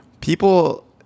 People